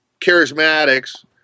charismatics